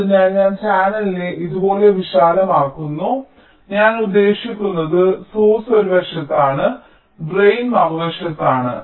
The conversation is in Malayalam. അതിനാൽ ഞാൻ ചാനലിനെ ഇതുപോലെ വിശാലമാക്കുന്നു ഞാൻ ഉദ്ദേശിക്കുന്നത് സോഴ്സ് ഒരു വശത്താണ് ഡ്രെയ്ൻ മറുവശത്താണ്